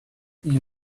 you